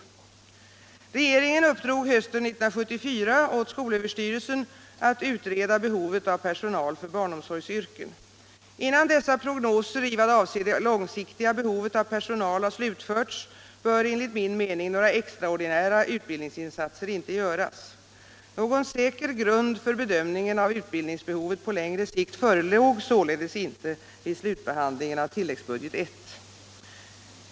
av förskollärare Regeringen uppdrog hösten 1974 åt skolöverstyrelsen att utreda behovet av personal för barnomsorgsyrken. Innan dessa prognoser i vad avser det långsiktiga behovet av personal har slutförts bör enligt min mening några extraordinära utbildningsinsatser inte göras. Någon säker grund för bedömningen av utbildningsbehovet på längre sikt förelåg således inte vid slutbehandlingen av tilläggsbudget I.